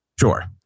Sure